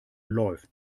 läuft